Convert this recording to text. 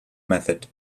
method